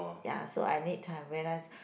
ya so I need time when I